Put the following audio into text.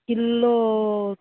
किल्लो